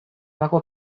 dago